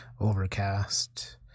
Overcast